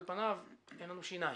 אז על פניו אין שיניים.